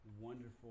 wonderful